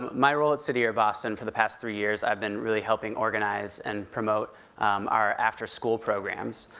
my role at city year boston for the past three years, i've been really helping organize and promote our after school programs.